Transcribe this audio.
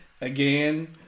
Again